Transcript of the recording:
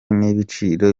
n’ibiciro